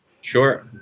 Sure